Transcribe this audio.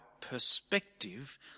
perspective